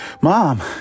Mom